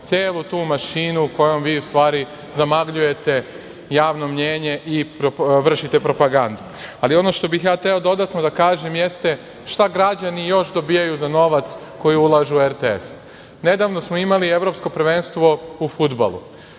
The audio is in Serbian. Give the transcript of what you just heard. celu tu mašinu kojom vi u stvari zamagljujete javno mnjenje i vršite propagandu. Ono što bih ja hteo dodatno da kažem jeste šta građani još dobijaju za novac koji ulaže u RTS. Nedavno smo imali Evropsko prvenstvo u fudbalu.